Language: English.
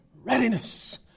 readiness